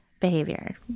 behavior